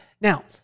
now